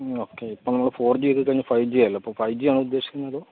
okay ഇപ്പോൾ നമ്മൾ four ജിയൊക്കെ കഴിഞ്ഞ് ഫൈ ജി ആയല്ലോ അപ്പോൾ ഫൈ ജീയാണൊ ഉദ്ദേശിക്കുന്നത് അതോ